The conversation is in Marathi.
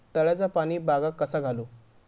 तळ्याचा पाणी बागाक कसा घालू?